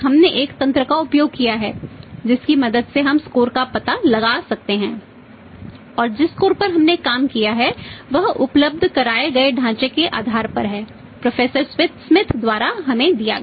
आप फिर से इसे जोड़ते हैं यह प्लस द्वारा हमें दिया गया